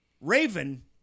Raven